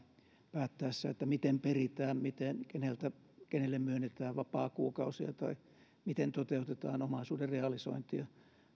päättäessään miten peritään keneltä kenelle myönnetään vapaakuukausia tai miten toteutetaan omaisuuden realisointia